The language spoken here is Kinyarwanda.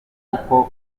kuko